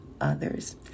others